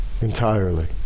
entirely